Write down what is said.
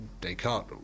descartes